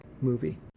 movie